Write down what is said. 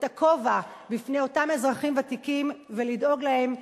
להסיר את הכובע בפני אותם אזרחים ותיקים ולדאוג להם.